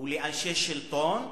ואנשי שלטון,